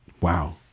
Wow